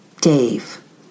Dave